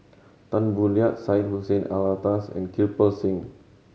Tan Boo Liat Syed Hussein Alatas and Kirpal Singh